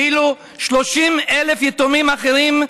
ואילו 30,000 יתומים אחרים,